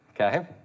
okay